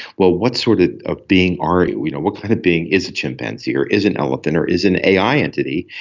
well, what sort ah of being are you? what kind of being is a chimpanzee or is an elephant or is an ai entity,